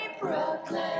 Brooklyn